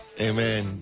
Amen